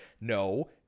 No